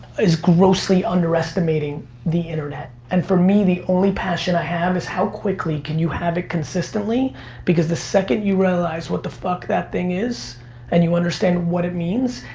is grossly underestimating the internet. and for me the only passion i have is how quickly can you have it consistently because the second you realize what the fuck that thing is and you understand understand what it means,